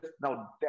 now